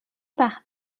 par